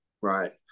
right